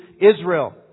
Israel